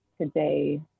today